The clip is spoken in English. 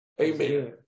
Amen